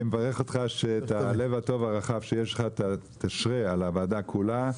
אני מברך אותך שאת הלב הטוב והרחב שיש לך תשרה על הוועדה כולה.